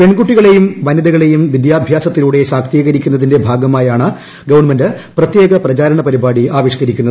പെൺകുട്ടികളേയും വനിതകളെയും വിദ്യാഭ്യാസത്തിലൂടെ ശാക്തീകരിക്കുന്നതിന്റെ ഭാഗമായാണ് ഗവൺമെന്റ് പ്രത്യേക പ്രചാരണ പരിപാടി ആവിഷ്ക്കരിക്കുന്നത്